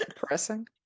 depressing